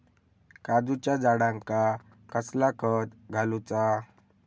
काजूच्या झाडांका कसला खत घालूचा?